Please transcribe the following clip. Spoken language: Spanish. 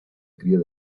cría